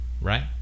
right